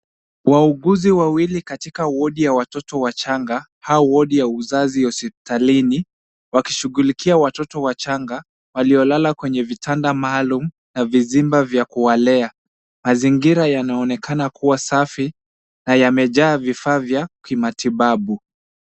Wauguzi wawili katika wodi ya watoto wachanga au wodi ya uzazi hospitalini wakishughulikia watoto wachanga waliolala kwenye vitanda maalum na vizimba vya kuwalea. Mazingira yanaonekana kuwa Safi na yamejaa vifaa vya kimatibabu.